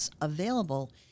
available